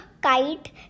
kite